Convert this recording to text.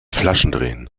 flaschendrehen